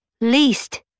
least